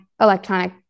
electronic